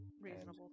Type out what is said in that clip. Reasonable